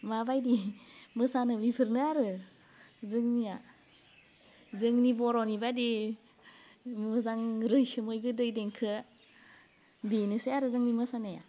माबायदि मोसानो बिफोरनो आरो जोंनिया जोंनि बर'नि बादि मोजां रैसुमै गोदै देंखो बिनोसै आरो जोंनि मोसानाया